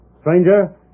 Stranger